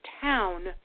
town